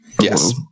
Yes